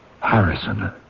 Harrison